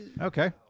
Okay